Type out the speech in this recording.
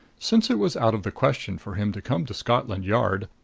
since it was out of the question for him to come to scotland yard,